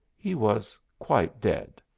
he was quite dead.